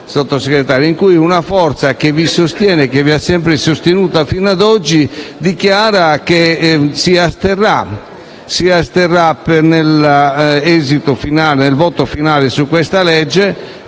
Sottosegretario, perché una forza che vi sostiene e vi ha sempre sostenuti fino a oggi dichiara che si asterrà nel voto finale sul disegno di legge.